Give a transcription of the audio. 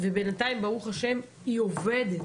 ובינתיים ברוך השם היא עובדת.